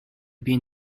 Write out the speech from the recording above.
been